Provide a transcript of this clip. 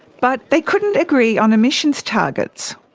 but they couldn't agree on emissions targets.